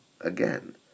Again